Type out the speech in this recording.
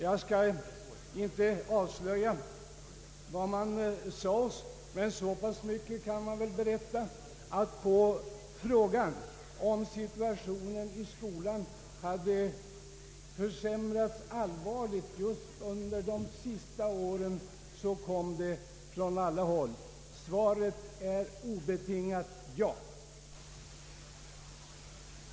Jag skall inte avslöja vad som sades inför utskottet, men så pass mycket kan jag väl berätta att på frågan, om situationen i skolan hade försämrats allvarligt just under de senaste åren så kom det från alla håll: Svaret är obetingat ja.